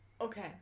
Okay